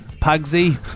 Pugsy